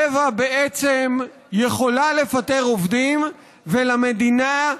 טבע בעצם יכולה לפטר עובדים, ולמדינה,